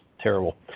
terrible